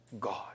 God